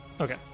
okay